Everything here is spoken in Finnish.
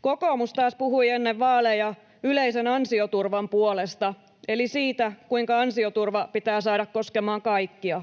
Kokoomus taas puhui ennen vaaleja yleisen ansioturvan puolesta eli siitä, kuinka ansioturva pitää saada koskemaan kaikkia.